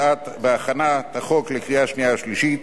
בהכנת החוק לקריאה שנייה ושלישית,